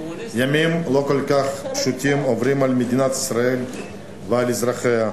ימים לא כל כך פשוטים עוברים על מדינת ישראל ועל אזרחיה,